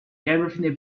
everything